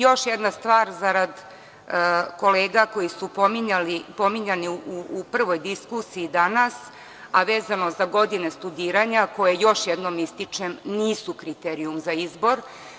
Još jedna stvar zarad kolega koji su pominjani u prvoj diskusiji danas, a vezano za godine studiranja koje, još jednom ističem, nisu kriterijum za izbor.